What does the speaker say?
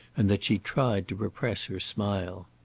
and that she tried to repress her smile.